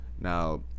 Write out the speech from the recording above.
Now